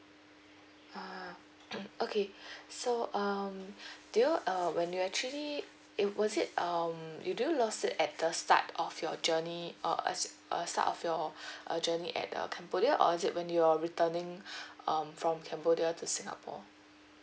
ah okay so um do you uh when you actually it was it um you do you lost it at the start of your journey uh as uh start of your uh journey at uh cambodia or is it when you're returning um from cambodia to singapore